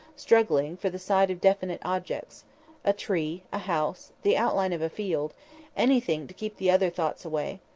struggling for the sight of definite objects a tree, a house, the outline of a field anything to keep the other thoughts away,